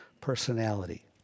personality